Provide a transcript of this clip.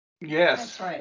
Yes